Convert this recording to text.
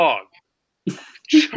dog